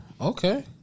Okay